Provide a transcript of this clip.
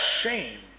shame